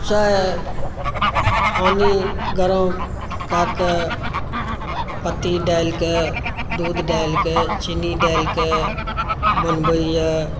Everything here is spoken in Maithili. चाय पानि गरम कए कऽ पत्ती डालि कऽ दूध डालि कऽ चीनी डालि कऽ बनबैया